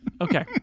Okay